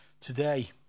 today